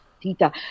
Tita